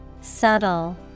Subtle